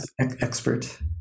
expert